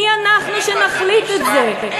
מי אנחנו שנחליט את זה?